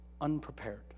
unprepared